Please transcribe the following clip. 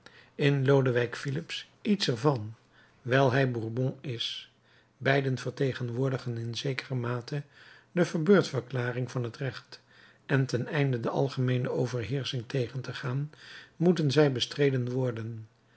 in lodewijk filips iets er van wijl hij bourbon is beiden vertegenwoordigen in zekere mate de verbeurdverklaring van het recht en ten einde de algemeene overheersching tegen te gaan moeten zij bestreden worden